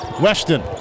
Weston